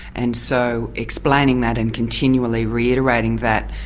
and so explaining that, and continually reiterating that,